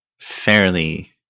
fairly